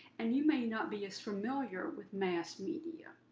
and you may not be as familiar with mass media.